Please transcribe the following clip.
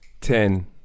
Ten